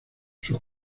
sus